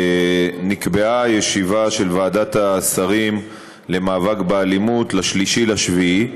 נקבעה ישיבה של ועדת השרים למאבק באלימות ל-3 ביולי,